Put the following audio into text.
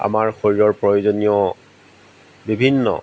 আমাৰ শৰীৰ প্ৰয়োজনীয় বিভিন্ন